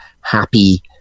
happy